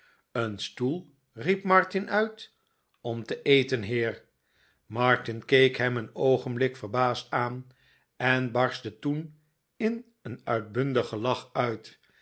een stoel riep martin uit om te eten heer martin keek hem een oogenblik verbaasd aan en barstte toen in een uitbundig gelach uit